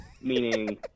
Meaning